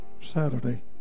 Saturday